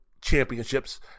championships